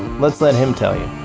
let's let him tell you.